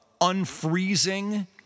unfreezing